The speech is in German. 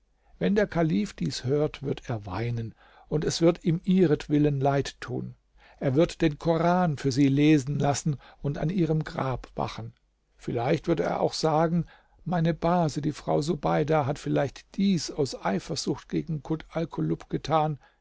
wenn der kalif dies hört wird er weinen und es wird ihm ihretwillen leid tun er wird den koran für sie lesen lassen und an ihrem grab wachen vielleicht wird er auch sagen meine base die frau subeida hat vielleicht dies aus eifersucht gegen kut alkulub getan